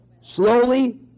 slowly